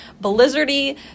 blizzardy